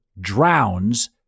drowns